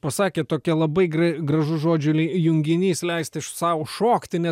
pasakėt tokią labai gra gražus žodžių junginys leisti sau šokti nes